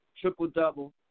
triple-double